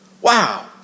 Wow